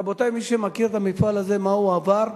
רבותי, מי שמכיר את המפעל הזה, מה הוא עבר,